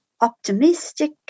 optimistic